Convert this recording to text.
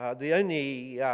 the only